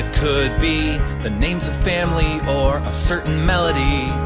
could be the names of family or a certain melody.